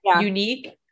unique